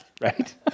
Right